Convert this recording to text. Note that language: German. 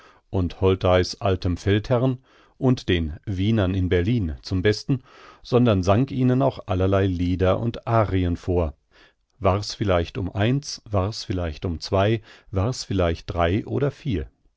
und holtei's altem feldherrn und den wienern in berlin zum besten sondern sang ihnen auch allerlei lieder und arien vor war's vielleicht um eins war's vielleicht um zwei war's vielleicht drei oder vier